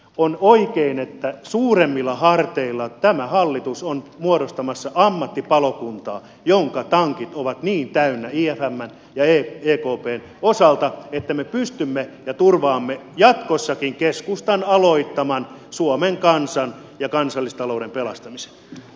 on oikein että suuremmilla harteilla tämä hallitus on muodostamassa ammattipalokuntaa jonka tankit ovat niin täynnä imfn ja ekpn osalta että me pystymme ja turvaamme jatkossakin keskustan aloittaman suomen kansan ja kansallistalouden pelastamisen